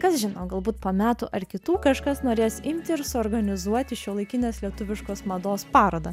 kas žino galbūt po metų ar kitų kažkas norės imti ir suorganizuoti šiuolaikinės lietuviškos mados parodą